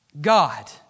God